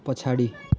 पछाडि